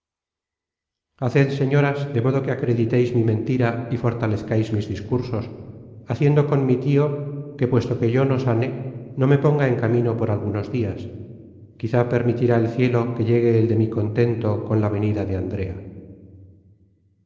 señoras de inodo que acrediteis mi mentira y fortalezcais mis discursos haciendo con mi tio que puesto que yo no content from google book search generated at sa sane no me ponga en camino por algunos dias quizá permitirá el cielo que llegue el de mi contento con la venida de andrea